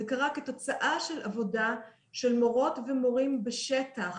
כל זה קרה כתוצאה של עבודה של מורות ומורים בשטח,